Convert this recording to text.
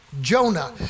Jonah